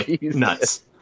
nuts